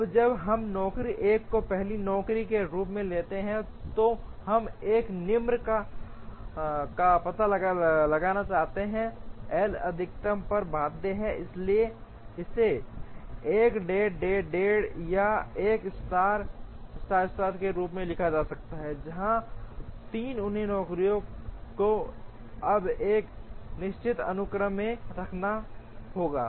अब जब हम नौकरी 1 को पहली नौकरी के रूप में लेते हैं तो हम एक निम्न का पता लगाना चाहते हैं L अधिकतम पर बाध्य है इसलिए इसे 1 डैश डैश डैश या 1 स्टार स्टार स्टार के रूप में लिखा जा सकता है जहां 3 अन्य नौकरियों को अब एक निश्चित अनुक्रम में रखना होगा